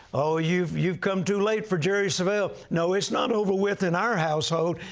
oh, you've you've come too late for jerry savelle. no, it's not over with in our household.